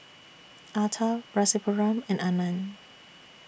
Atal Rasipuram and Anand